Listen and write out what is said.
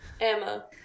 Emma